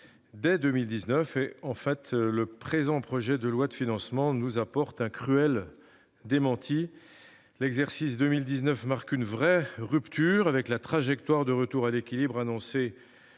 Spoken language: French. dès 2019. Le présent projet de loi de financement en apporte un cruel démenti. L'exercice 2019 marque une vraie rupture avec la trajectoire de retour à l'équilibre annoncée